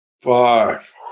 Five